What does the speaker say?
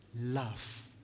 Love